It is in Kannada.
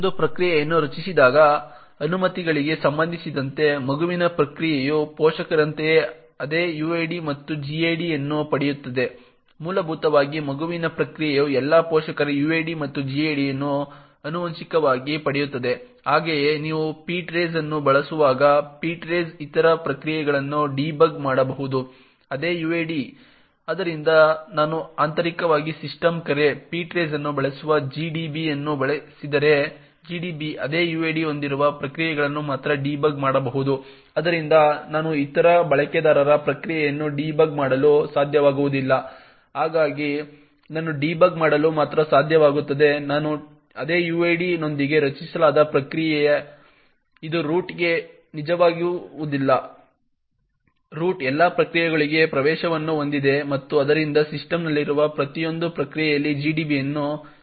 ಒಂದು ಪ್ರಕ್ರಿಯೆಯನ್ನು ರಚಿಸಿದಾಗ ಅನುಮತಿಗಳಿಗೆ ಸಂಬಂಧಿಸಿದಂತೆ ಮಗುವಿನ ಪ್ರಕ್ರಿಯೆಯು ಪೋಷಕರಂತೆಯೇ ಅದೇ uid ಮತ್ತು gid ಅನ್ನು ಪಡೆಯುತ್ತದೆ ಮೂಲಭೂತವಾಗಿ ಮಗುವಿನ ಪ್ರಕ್ರಿಯೆಯು ಎಲ್ಲಾ ಪೋಷಕರ uid ಮತ್ತು gid ಅನ್ನು ಆನುವಂಶಿಕವಾಗಿ ಪಡೆಯುತ್ತದೆ ಹಾಗೆಯೇ ನೀವು ptrace ಅನ್ನು ಬಳಸುವಾಗ ptrace ಇತರ ಪ್ರಕ್ರಿಯೆಗಳನ್ನು ಡೀಬಗ್ ಮಾಡಬಹುದು ಅದೇ uid ಆದ್ದರಿಂದ ನಾನು ಆಂತರಿಕವಾಗಿ ಸಿಸ್ಟಮ್ ಕರೆ ptrace ಅನ್ನು ಬಳಸುವ GDB ಅನ್ನು ಬಳಸಿದರೆ GDB ಅದೇ uid ಹೊಂದಿರುವ ಪ್ರಕ್ರಿಯೆಗಳನ್ನು ಮಾತ್ರ ಡೀಬಗ್ ಮಾಡಬಹುದು ಆದ್ದರಿಂದ ನಾನು ಇತರ ಬಳಕೆದಾರರ ಪ್ರಕ್ರಿಯೆಯನ್ನು ಡೀಬಗ್ ಮಾಡಲು ಸಾಧ್ಯವಾಗುವುದಿಲ್ಲ ಹಾಗಾಗಿ ನಾನು ಡೀಬಗ್ ಮಾಡಲು ಮಾತ್ರ ಸಾಧ್ಯವಾಗುತ್ತದೆ ನನ್ನ ಅದೇ uid ನೊಂದಿಗೆ ರಚಿಸಲಾದ ಪ್ರಕ್ರಿಯೆ ಇದು ರೂಟ್ಗೆ ನಿಜವಾಗುವುದಿಲ್ಲ ರೂಟ್ ಎಲ್ಲಾ ಪ್ರಕ್ರಿಯೆಗಳಿಗೆ ಪ್ರವೇಶವನ್ನು ಹೊಂದಿದೆ ಮತ್ತು ಆದ್ದರಿಂದ ಸಿಸ್ಟಮ್ನಲ್ಲಿರುವ ಪ್ರತಿಯೊಂದು ಪ್ರಕ್ರಿಯೆಯಲ್ಲಿ GDB ಅನ್ನು ಚಲಾಯಿಸಬಹುದು